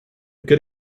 good